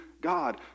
God